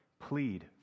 plead